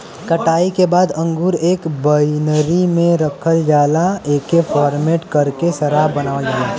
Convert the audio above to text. कटाई के बाद अंगूर एक बाइनरी में रखल जाला एके फरमेट करके शराब बनावल जाला